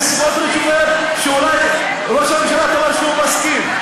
והנה סמוטריץ אומר שאולי ראש הממשלה מסכים.